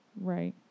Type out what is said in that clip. Right